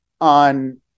on